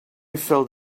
felt